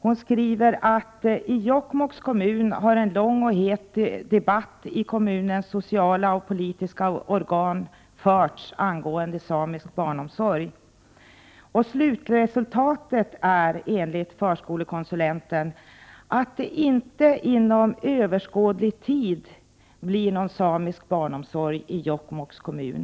Hon skriver: I Jokkmokks kommun har en lång och het debatt i kommunens sociala och politiska organ förts angående samisk barnomsorg. Slutresultatet är, enligt förskolekonsulenten, att det inte inom överskådlig tid blir någon samisk barnomsorg i Jokkmokks kommun.